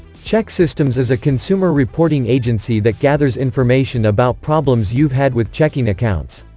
chexsystems is a consumer reporting agency that gathers information about problems you've had with checking accounts.